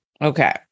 Okay